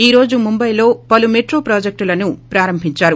ఈ రోజు ముంబై పలు మెట్రో ప్రాజెక్టులను ప్రారంభించారు